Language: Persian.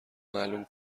معلوم